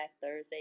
Thursday